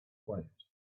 quiet